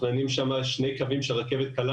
מתוכננים שם שני קווים של רכבת קלה,